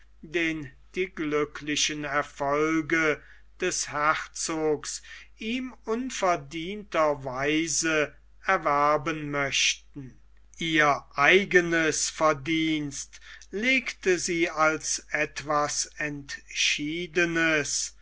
den die glücklichen erfolge des herzogs ihm unverdienterweise erwerben möchten ihr eigenes verdienst legte sie als etwas entschiedenes